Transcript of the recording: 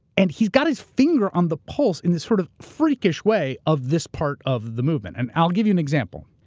and he's got his finger on the pulse in this sort of freakish way of this part of the movement. and i'll give you an example.